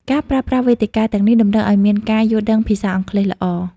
ការប្រើប្រាស់វេទិកាទាំងនេះ តម្រូវឱ្យមានការយល់ដឹងភាសាអង់គ្លេសល្អ។